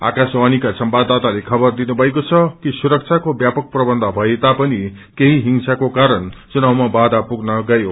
आकाशवाणीका संवाददाताले खबर दिनु भएको छ कि सुरक्षाको व्यापक प्रवन्ध भए तापिन केही हिंसाको कारण घुनावमा बाधा पुग्न गयो